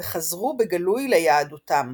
וחזרו בגלוי ליהדותם.